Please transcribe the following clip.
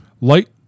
light